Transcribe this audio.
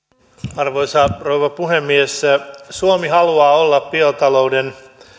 arvoisa rouva puhemies suomi haluaa olla biotalouden